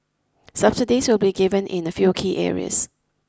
subsidies will be given in a few key areas